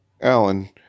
Alan